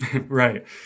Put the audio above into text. Right